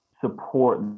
support